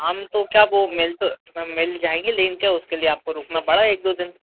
हम को क्या वो मिल तो मिल जाएंगे लिंक है उसके लिए आपको रुकना पड़ा एक दो दिन